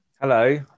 Hello